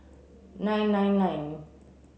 nine nine nine